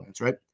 right